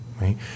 right